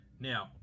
Now